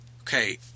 Okay